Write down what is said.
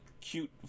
cute